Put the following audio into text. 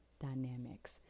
Dynamics